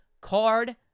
card